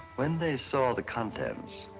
when they saw the content,